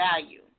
value